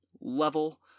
level